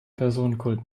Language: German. personenkult